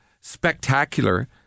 spectacular